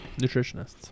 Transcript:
Nutritionists